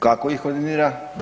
Kako ih koordinira?